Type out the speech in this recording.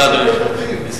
זה לא סעיפי תקציב.